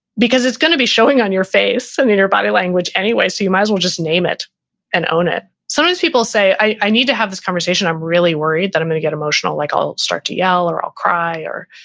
because it's going to be showing on your face and in your body language anyway, so you might as well just name it and own it sometimes people say, i need to have this conversation. i'm really worried that i'm going to get emotional, like i'll start to yell or i'll cry or,